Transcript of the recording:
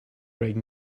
bride